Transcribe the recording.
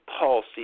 policy